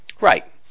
Right